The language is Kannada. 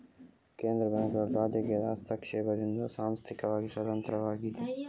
ಕೇಂದ್ರ ಬ್ಯಾಂಕುಗಳು ರಾಜಕೀಯ ಹಸ್ತಕ್ಷೇಪದಿಂದ ಸಾಂಸ್ಥಿಕವಾಗಿ ಸ್ವತಂತ್ರವಾಗಿವೆ